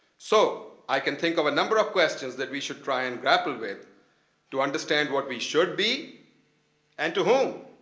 so i can think of a number of questions that we should try and grapple with to understand what we should be and to whom.